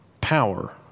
power